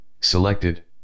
selected